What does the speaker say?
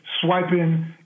swiping